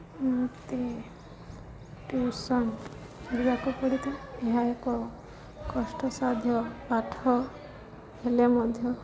ମୋତେ ଟ୍ୟୁସନ୍ କରିବାକୁ ପଡ଼ିଥାଏ ଏହା ଏକ କଷ୍ଟସାଧ୍ୟ ପାଠ ହେଲେ ମଧ୍ୟ